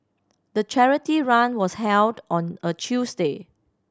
the charity run was held on a Tuesday